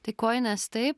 tai kojines taip